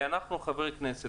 אנחנו חברי הכנסת,